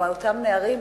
או אותם נערים,